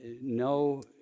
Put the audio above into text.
No